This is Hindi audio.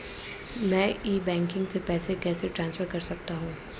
मैं ई बैंकिंग से पैसे कैसे ट्रांसफर कर सकता हूं?